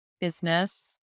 business